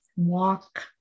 walk